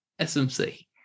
SMC